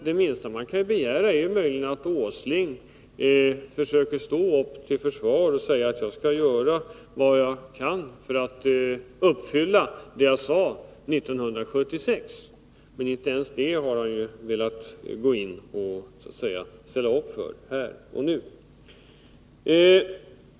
Det minsta man kan begära är att Nils Åsling försöker stå upp till försvar och säga att han skall göra vad han kan för att uppfylla vad han sade 1976. Men inte ens det har han ju velat ställa upp för här och nu.